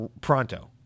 pronto